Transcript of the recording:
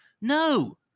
no